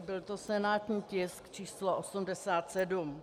Byl to senátní tisk číslo 87.